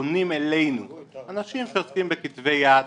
פונים אלינו אנשים שעוסקים בכתבי יד,